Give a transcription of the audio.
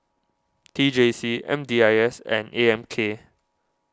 T J C M D I S and A M K